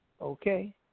Okay